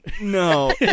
no